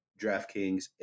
DraftKings